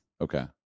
Okay